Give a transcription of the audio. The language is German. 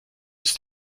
ist